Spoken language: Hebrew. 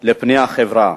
לפני החברה.